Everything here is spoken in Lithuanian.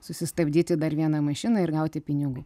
susistabdyti dar vieną mašiną ir gauti pinigų